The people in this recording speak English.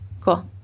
Cool